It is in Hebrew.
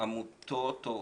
עמותות או